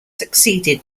succeeded